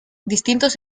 distintos